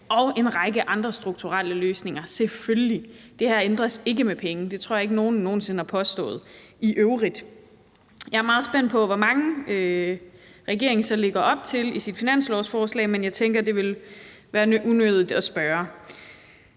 og en række andre strukturelle løsninger, selvfølgelig, for det her ændres ikke med penge; det tror jeg i øvrigt ikke at nogen nogen sinde har påstået. Jeg er meget spændt på, hvor mange regeringen så lægger op til i sit finanslovsforslag, men jeg tænker, at det vil være unødigt at spørge.